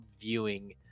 viewing